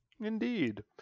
Indeed